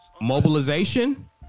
mobilization